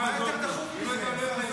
מה יותר דחוף מזה?